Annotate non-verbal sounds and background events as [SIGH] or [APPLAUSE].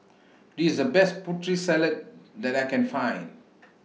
This IS The Best Putri Salad that I Can Find [NOISE]